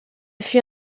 fut